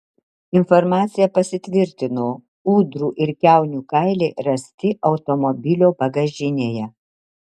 informacija pasitvirtino ūdrų ir kiaunių kailiai rasti automobilio bagažinėje